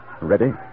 Ready